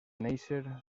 néixer